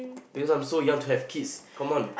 because I'm so young to have kids come on